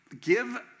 Give